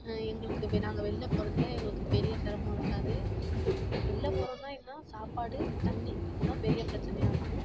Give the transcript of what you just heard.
எங்களுக்கு வெளி நாங்கள் வெளில போவதில எங்களுக்கு பெரிய சிரமம் இருக்காது வெளில போகிறதுன்னா என்னா சாப்பாடு தண்ணி இதுதான் பெரிய பிரச்சினையா இருக்கும்